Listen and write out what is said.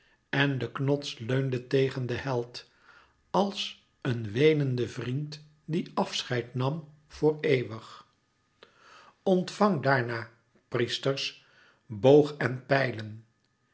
en de knots leunde tegen den held als een weenende vriend die afscheid nam voor eeuwig ontvangt daarna priesters boog en pijlen